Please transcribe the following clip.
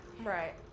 right